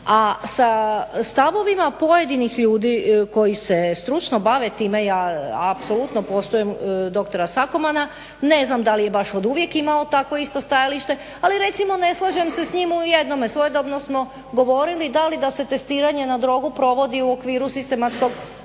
A sa stavovima pojedinih ljudi koji se stručno bave time, ja apsolutno poštuje doktora Sakomana, ne znam da li je baš oduvijek imao takvo isto stajalište, ali recimo ne slažem se s njim u jednome, svojedobno smo govorili da li da se testiranje na drogu provodi u okviru sistematskog